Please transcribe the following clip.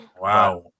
Wow